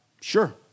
Sure